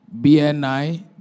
BNI